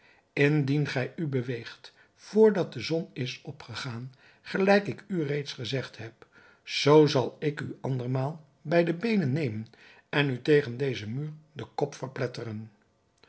indien gij u beweegt vr dat de zon is opgegaan gelijk ik u reeds gezegd heb zoo zal ik u andermaal bij de beenen nemen en u tegen dezen muur den kop verpletteren